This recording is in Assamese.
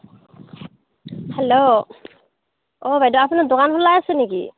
হেল্ল' অ' বাইদেউ আপোনাৰ দোকান খোলা আছে নেকি